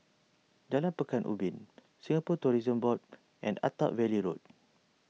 Jalan Pekan Ubin Singapore Tourism Board and Attap Valley Road